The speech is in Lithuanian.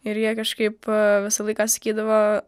ir jie kažkaip visą laiką sakydavo